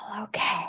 okay